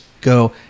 go